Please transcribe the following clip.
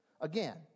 Again